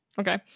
Okay